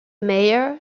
mayor